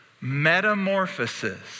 Metamorphosis